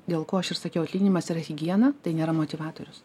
dėl ko aš ir sakiau atlyginimas yra higiena tai nėra motyvatorius